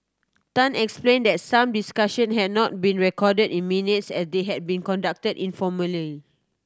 Tan explained that some discussion had not been recorded in minutes as they had been conducted informally